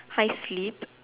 I sleep